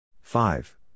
Five